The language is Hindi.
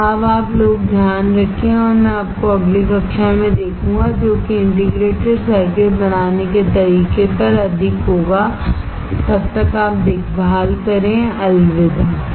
तो अब आप लोग ध्यान रखें और मैं आपको अगली कक्षा में देखूंगा जो कि इंटीग्रेटेड सर्किट बनाने के तरीके पर अधिक होगा तब तक आप देखभाल करें अलविदा